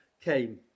came